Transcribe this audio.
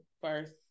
first